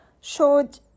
showed